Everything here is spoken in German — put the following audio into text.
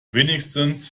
wenigstens